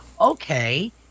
okay